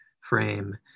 frame